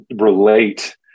relate